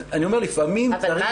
אבל מה